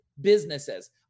businesses